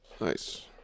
Nice